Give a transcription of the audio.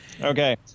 Okay